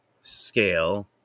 scale